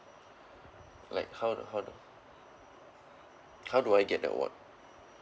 like how how how do I get the award